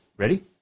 Ready